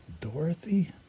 Dorothy